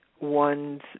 one's